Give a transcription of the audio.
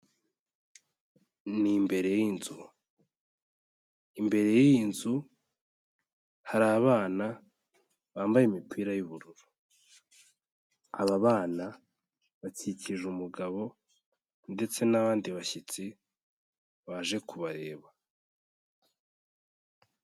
Ni imbere y'inzu, imbere y'iyi nzu hari abana bambaye imipira y'ubururu, aba bana bakikije umugabo ndetse n'abandi bashyitsi baje kubareba.